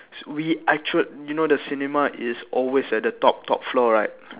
s~ we actual you know the cinema is always at the top top floor right